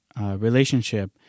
relationship